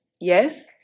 Yes